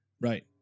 Right